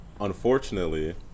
unfortunately